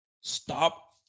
Stop